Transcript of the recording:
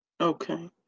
Okay